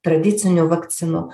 tradicinių vakcinų